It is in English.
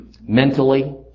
Mentally